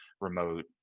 remote